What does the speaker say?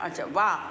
अचु वाह